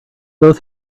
both